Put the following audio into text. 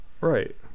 Right